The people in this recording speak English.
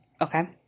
Okay